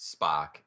Spock